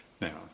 Now